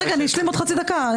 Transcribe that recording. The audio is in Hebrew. רגע, אשלים רק עוד חצי דקה.